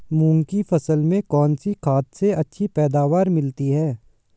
मूंग की फसल में कौनसी खाद से अच्छी पैदावार मिलती है?